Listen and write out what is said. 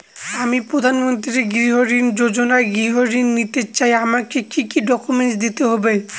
আমি প্রধানমন্ত্রী গৃহ ঋণ যোজনায় গৃহ ঋণ নিতে চাই আমাকে কি কি ডকুমেন্টস দিতে হবে?